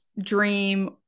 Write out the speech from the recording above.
dream